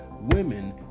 women